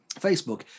Facebook